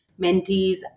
mentees